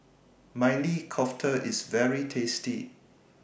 Maili Kofta IS very tasty